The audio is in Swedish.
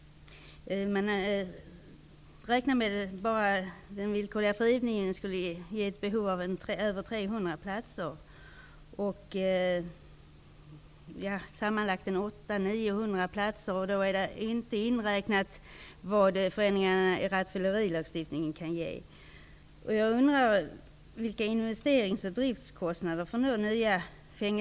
Man räknar med att bara upphävandet av den villkorliga frigivningen skulle ge behov av över 300 platser. Sammanlagt skulle det betyda 800--900 platser. Då är det inte inräknat vad förändringarna i rattfyllerilagstiftningen kan ge.